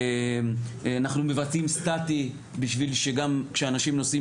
אנחנו מבצעים סטטי בשביל שגם כשאנשים נוסעים